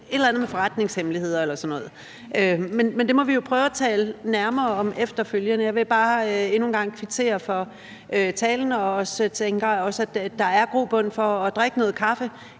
et eller andet med forretningshemmeligheder eller sådan noget at gøre. Men det må vi jo prøve at tale nærmere om efterfølgende. Jeg vil bare endnu en gang kvittere for talen, og jeg tænker også, at der er grobund for at drikke noget kaffe